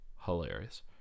hilarious